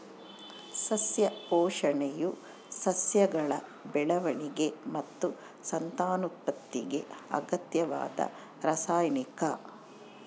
ಸಸ್ಯ ಪೋಷಣೆಯು ಸಸ್ಯಗಳ ಬೆಳವಣಿಗೆ ಮತ್ತು ಸಂತಾನೋತ್ಪತ್ತಿಗೆ ಅಗತ್ಯವಾದ ರಾಸಾಯನಿಕ